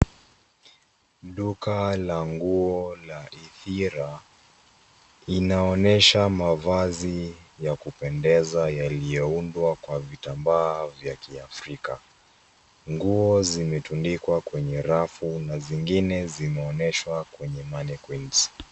Duka la nguo la Ithira inaonyesha mavazi ya kupendeza yaliyoundwa kwa vitambaa vya kiafrika. Nguo zimetundikwa kwenye rafu na zingine zimeonyeshwa kwenye mannequins .